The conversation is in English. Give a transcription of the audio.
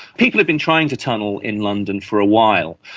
people had been trying to tunnel in london for a while.